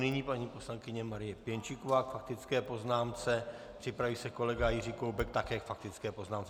Nyní paní poslankyně Marie Pěnčíková k faktické poznámce, připraví se kolega Jiří Koubek také k faktické poznámce.